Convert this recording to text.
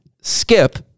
skip